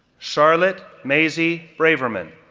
charlotte maisie braverman,